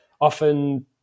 often